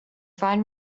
find